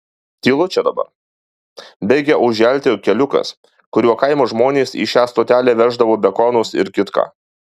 tylu čia dabar baigia užželti keliukas kuriuo kaimo žmonės į šią stotelę veždavo bekonus ir kitką